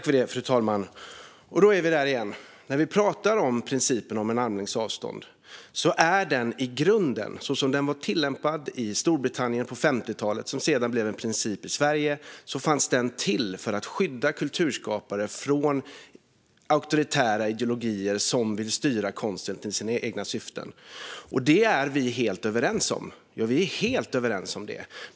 Fru talman! Då är vi där igen. Principen om armlängds avstånd är i grunden, så som den tillämpades i Storbritannien på 1950talet och när den blev princip i Sverige, till för att skydda kulturskapare mot auktoritära ideologier som vill styra konsten för sina egna syften. Det är vi helt överens om.